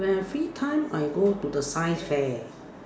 when I free time I go to the science fair